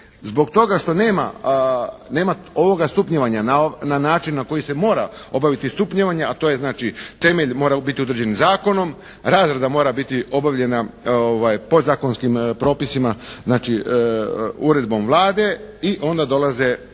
Zbog toga što nema ovoga stupnjevanja na način na koji se mora obaviti stupnjevanje, a to je znači temelj, mora biti određen zakonom, razrada mora biti obavljena podzakonskim propisima znači uredbom Vlade i onda dolaze